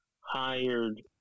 hired